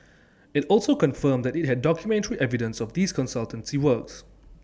IT also confirmed that IT had documentary evidence of these consultancy works